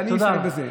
אסיים בזה.